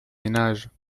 ménages